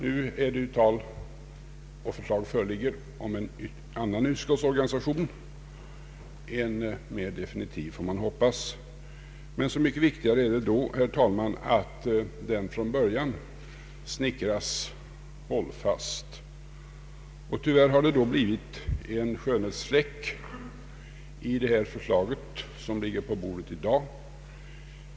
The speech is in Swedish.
Nu är det fråga om en annan utskottsorganisation, en mera definitiv, får man hoppas. Så mycket viktigare är det då att den från början snickras hållfast. Tyvärr har det uppstått en skönhetsfläck i det förslag som ligger på bordet i dag.